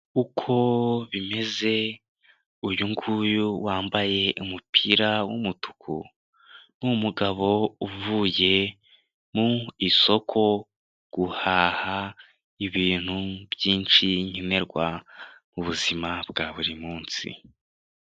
Uko bimeze uyu nguyu wambaye umupira w'umutuku, ni umugabo uvuye mu isoko guhaha ibintu byinshi nkenerwa mu buzima bwa buri munsi.